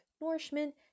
nourishment